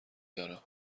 دارم